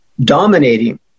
dominating